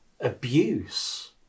abuse